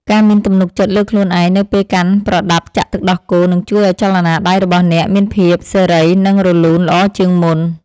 ការមានទំនុកចិត្តលើខ្លួនឯងនៅពេលកាន់ប្រដាប់ចាក់ទឹកដោះគោ នឹងជួយឱ្យចលនាដៃរបស់អ្នកមានភាពសេរី និងរលូនល្អជាងមុន។